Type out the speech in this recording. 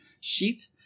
sheet